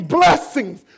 blessings